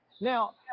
Now